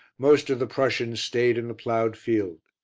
most of the prussians stayed in the ploughed field.